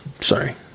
Sorry